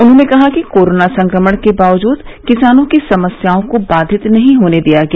उन्होंने कहा कि कोरोना संक्रमण के बावजूद किसानों की समस्याओं को बाधित नहीं होने दिया गया